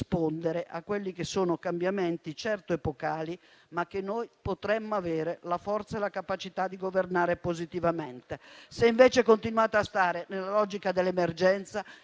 cambiamenti che sono certo epocali, ma che potremmo avere la forza e la capacità di governare positivamente. Se invece continuate a stare nella logica dell'emergenza,